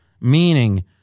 meaning